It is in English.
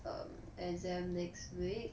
um exam next week